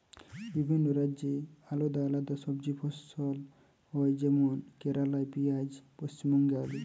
বিভিন্ন রাজ্যে আলদা আলদা সবজি ফসল হয় যেমন কেরালাই পিঁয়াজ, পশ্চিমবঙ্গে আলু